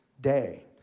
day